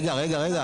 רגע, רגע, רגע.